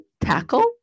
Tackle